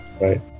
right